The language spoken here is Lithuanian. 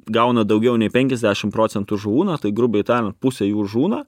gauna daugiau nei penkiasdešim procentų žuvų na tai grubiai tariant pusė jų žūna